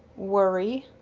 worry?